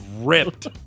ripped